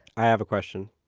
i have a question.